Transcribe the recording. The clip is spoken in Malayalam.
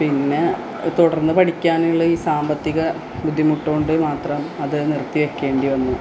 പിന്നെ തുടര്ന്ന് പഠിക്കാനുള്ള ഈ സാമ്പത്തിക ബുദ്ധിമുട്ടുകൊണ്ട് മാത്രം അത് നിര്ത്തിവയ്ക്കേണ്ടി വന്നു